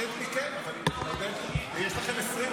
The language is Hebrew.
יש לכם 20 חתימות?